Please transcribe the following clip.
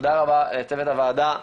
אז תודה רבה לצוות הוועדה,